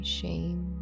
shame